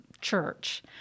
church